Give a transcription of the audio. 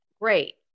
Great